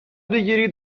بگیرید